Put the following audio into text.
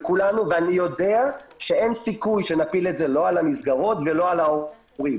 אני יודע שאין סיכוי שנפיל את זה לא על המסגרות ולא על ההורים,